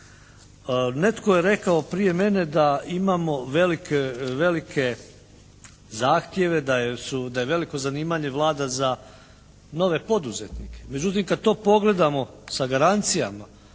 Netko je rekao prije mene da imamo velike zahtjeve, da je veliko zanimanje vlada za nove poduzetnike. Međutim kada to pogledamo sa garancijama,